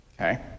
okay